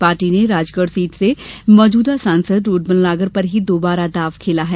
party ने Rajgarh seat से मौजूदा सांसद रोडमल नागर पर ही दोबारा दांव खेला है